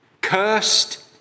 Cursed